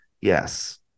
Yes